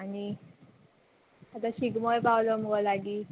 आनी आतां शिगमोय पावलो मुगो लागीं